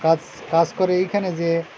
কাজ কাজ করে এইখানে যে